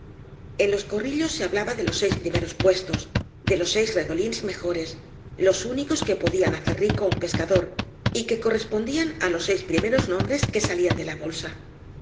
ea los corrillos se hablaba de los seis primeros puestos de los seis redolins mejoros los únicos que podían hacer rico á un pescador y que correspondían á los seis primeros nombres que salían de la bolsa